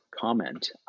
comment